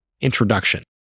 Introduction